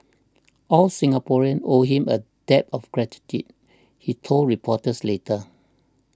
all Singaporeans owe him a debt of gratitude he told reporters later